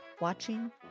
watching